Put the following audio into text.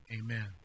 amen